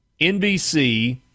NBC